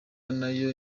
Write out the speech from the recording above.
nayo